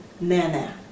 Nana